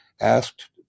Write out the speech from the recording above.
asked